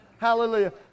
hallelujah